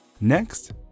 Next